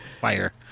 fire